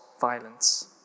violence